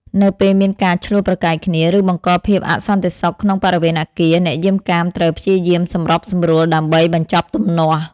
នៅពេលមានការឈ្លោះប្រកែកគ្នា ឬបង្កភាពអសន្តិសុខក្នុងបរិវេណអគារ អ្នកយាមកាមត្រូវ ព្យាយាមសម្របសម្រួល ដើម្បីបញ្ចប់ទំនាស់។